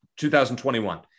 2021